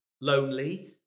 lonely